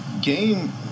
Game